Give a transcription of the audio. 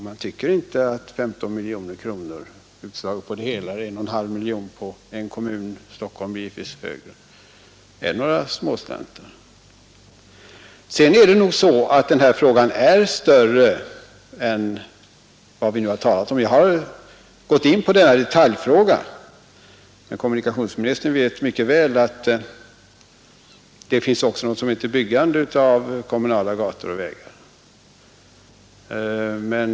Man tycker inte att 15 miljoner kronor utslagna på hela riket eller 1,5 miljoner kronor för Göteborg — för Stockholm är summan givetvis högre — är några småslantar. Dessutom är nog denna fråga större än vad vi nu har talat om. Jag har koncentrerat mig på en detaljfråga, men herr kommunikationsministern vet mycket väl att det också finns något som heter byggande av kommunala vägar.